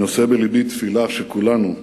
אני נושא בלבי תפילה שכולנו,